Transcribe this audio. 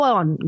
on